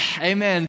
amen